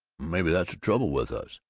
maybe that's the trouble with us.